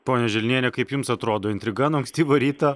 ponia želniene kaip jums atrodo intriga nuo ankstyvo ryto